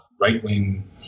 right-wing